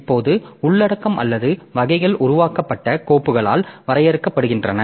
இப்போது உள்ளடக்கம் அல்லது வகைகள் உருவாக்கப்பட்ட கோப்புகளால் வரையறுக்கப்படுகின்றன